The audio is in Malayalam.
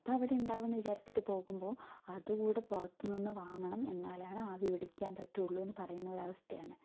അതവിടെ ഉണ്ടാകും എന്ന് വിചാരിച്ചിട്ട് പോകുമ്പോൾ അത് കൂടി പുറത്ത് നിന്ന് വാങ്ങണം എന്നാലാണ് ആവി പിടിക്കാൻ പറ്റുള്ളൂ എന്ന് പറയുന്ന ഒരു അവസ്ഥയാണ്